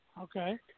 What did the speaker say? Okay